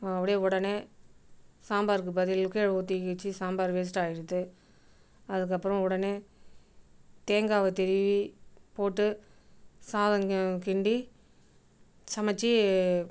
அப்படியே உடனே சாம்பார்க்கு பதில் கீழே ஊத்திக்கிச்சு சாம்பார் வேஸ்ட் ஆகிடுத்து அதுக்கப்புறம் உடனே தேங்காவை திருவி போட்டு சாதம் கி கிண்டி சமைத்து